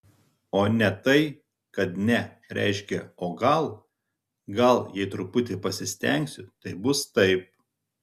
o ne tai kad ne reiškia o gal gal jei truputį pasistengsiu tai bus taip